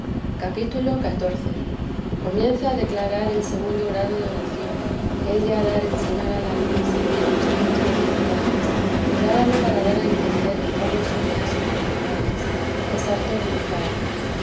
cap xiv comienza a declarar el segundo grado de oración que es ya dar el señor al alma a sentir gustos más particulares decláralo para dar a entender o son ya sobrenaturales es harto de notar